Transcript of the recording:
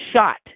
shot